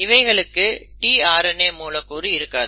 இவைகளுக்கு tRNA மூலக்கூறு இருக்காது